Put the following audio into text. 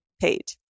page